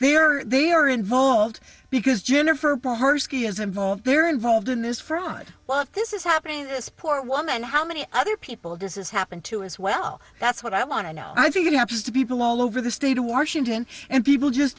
there or they are involved because jennifer barsky is involved they're involved in this for a while if this is happening this poor woman and how many other people this has happened to as well that's what i want to know i think it happens to people all over the state of washington and people just